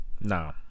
No